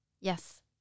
Yes